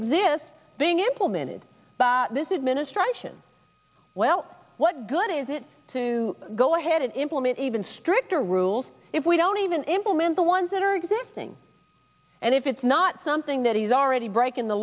exist being implemented by this administration well what good is it to go ahead and implement even stricter rules if we don't even implement the ones that are existing and if it's not something that is already breaking the